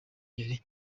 yari